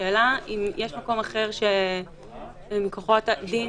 השאלה אם יש מקום אחר שמכוחו זה יתאפשר.